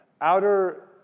outer